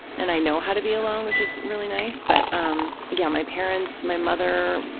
and i know how to be alone, which is really nice, but um yeah, my parents, my mother,